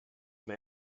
may